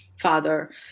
father